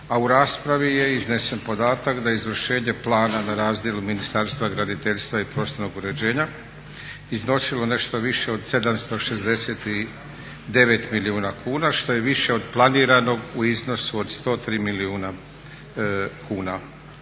a u raspravi je iznesen podatak da je izvršenje plana na razdjelu Ministarstva graditeljstva i prostornog uređenja iznosilo nešto više od 769 milijuna kuna što je više od planiranog u iznosu od 103 milijuna kuna.